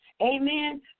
Amen